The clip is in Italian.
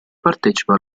partecipa